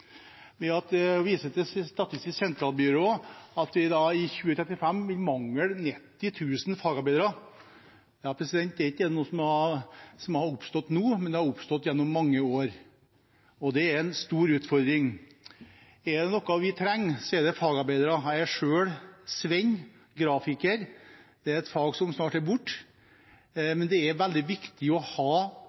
viser til Statistisk sentralbyrå, at vi i 2035 vil mangle 90 000 fagarbeidere. Det er ikke noe som har som har oppstått nå, men det har oppstått gjennom mange år, og det er en stor utfordring. Er det noe vi trenger, er det fagarbeidere. Jeg er selv svenn, grafiker. Det er et fag som snart er borte. Men det er veldig viktig å ha